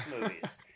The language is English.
movies